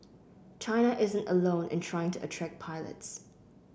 China isn't alone in trying to attract pilots